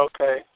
Okay